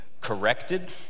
corrected